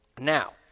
Now